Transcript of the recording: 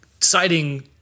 citing